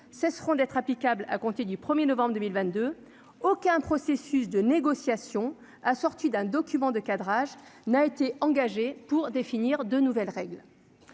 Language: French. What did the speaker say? cesseront d'être applicable à compter du 1er novembre 2022 aucun processus de négociation sorti d'un document de cadrage n'a été engagée pour définir de nouvelles règles